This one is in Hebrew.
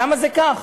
למה זה כך.